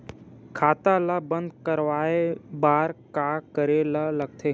खाता ला बंद करवाय बार का करे ला लगथे?